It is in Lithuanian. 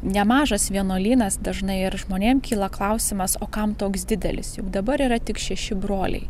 nemažas vienuolynas dažnai ir žmonėm kyla klausimas o kam toks didelis juk dabar yra tik šeši broliai